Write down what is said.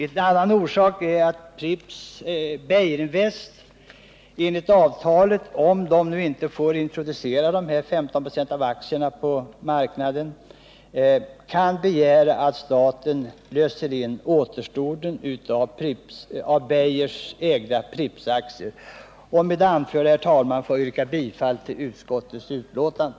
En annan orsak är att om Beijerinvest inte får introducera 15 96 av aktierna på marknaden, kan bolaget enligt avtalet begära att staten löser in återstoden av de av Beijerinvest ägda Prippsaktierna. Med det anförda, herr talman, ber jag att få yrka bifall till utskottets hemställan.